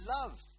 love